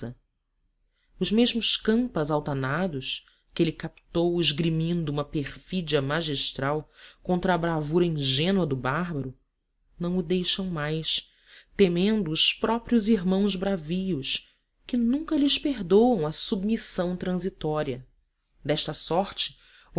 os mesmos campas altanados que ele captou esgrimindo uma perfídia magistral contra a bravura ingênua do bárbaro não o deixam mais temendo os próprios irmãos bravios que nunca lhes perdoam a submissão transitória desta sorte